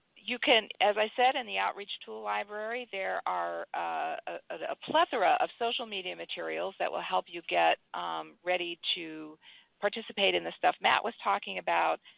you can, as i said, in the outreach tool library there are a plethora of social media materials that will help you get ready to participate in the stuff matt was talking about.